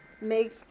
make